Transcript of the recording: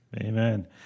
amen